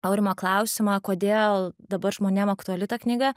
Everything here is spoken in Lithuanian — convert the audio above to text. aurimo klausimą kodėl dabar žmonėm aktuali ta knyga